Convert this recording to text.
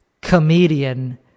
comedian